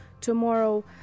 Tomorrow